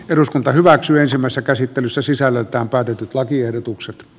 eduskunta hyväksyy samassa käsittelyssä sisällöltään päätetyt lakiehdotukset